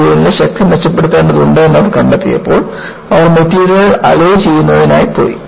മെറ്റീരിയലിന്റെ ശക്തി മെച്ചപ്പെടുത്തേണ്ടതുണ്ട് എന്ന് അവർ കണ്ടെത്തിയപ്പോൾ അവർ മെറ്റീരിയലുകൾ അലോയ് ചെയ്യുന്നതിനായി പോയി